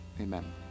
amen